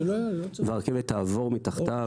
והרכבת תעבור מתחתיו.